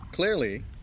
Clearly